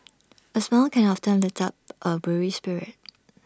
A smile can often lift up A weary spirit